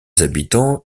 habitants